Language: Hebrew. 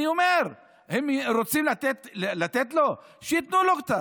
אני אומר, אם רוצים לתת לו, שייתנו לו קצת,